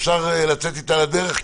אפשר לצאת אתה לדרך?